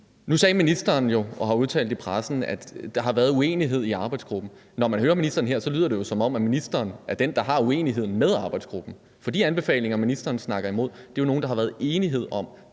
Nu sagde ministeren jo og har udtalt i pressen, at der har været uenighed i arbejdsgruppen. Når man hører ministeren her, lyder det, som om ministeren er den, der har uenigheden med arbejdsgruppen. For de anbefalinger, ministeren snakker imod, er jo nogle, der har været enighed om